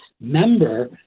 member